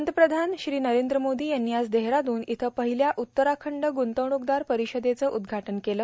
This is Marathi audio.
पंतप्रधान नरेंद्र मोदी यांनी आज देहरादून इथं पहिल्या उत्तराखंड ग्ंतवणूकदार परिषदेचं उद्घाटन केलं